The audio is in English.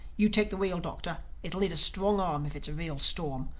you take the wheel, doctor it'll need a strong arm if it's a real storm.